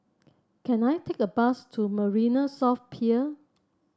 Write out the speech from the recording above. can I take a bus to Marina South Pier